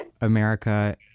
America